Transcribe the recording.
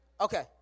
okay